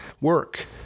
work